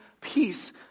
peace